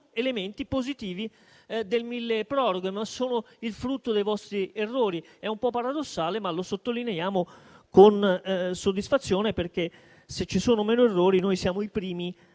elementi positivi. Sono però il frutto dei vostri errori. È un po' paradossale, ma lo sottolineiamo con soddisfazione, perché, se ci sono meno errori, noi siamo i primi